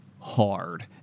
hard